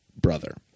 brother